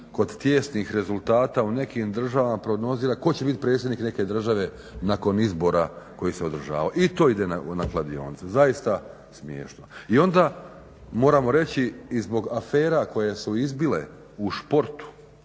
kod tijesnih rezultata u nekim državama prognozira tko će biti predsjednik neke države nakon izbora koji se održavaju, i to ide na kladionice. Zaista smiješno. I onda moramo reći i zbog afera koje su izbile u športu